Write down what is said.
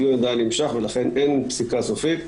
הדיון עדיין נמשך ולכן אין פסיקה סופית.